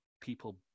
people